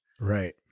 Right